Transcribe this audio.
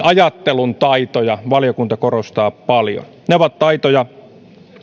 ajattelun taitoja valiokunta korostaa paljon ne ovat taitoja